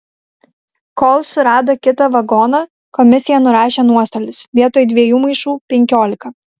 kol surado kitą vagoną komisija nurašė nuostolius vietoj dviejų maišų penkiolika